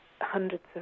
hundreds